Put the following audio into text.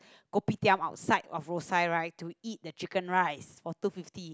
kopitiam outside or road side right to eat the chicken rice of two fifty